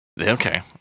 Okay